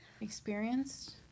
experienced